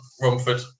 Romford